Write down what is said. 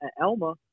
Elma